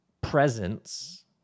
presence